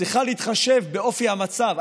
צריכה להתחשב באופי המצב.